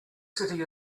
city